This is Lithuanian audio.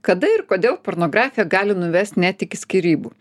kada ir kodėl pornografija gali nuvest net iki skyrybų